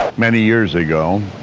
many years ago,